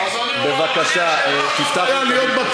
בבקשה, תפתח לו מיקרופון.